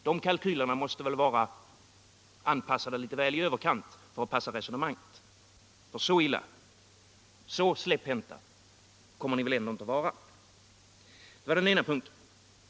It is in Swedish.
De kalkylerna måste vara anpassade litet väl i överkant för att passa resonemanget, för så släpphänta kommer ni väl ändå inte att vara. Det var den ena punkten.